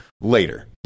later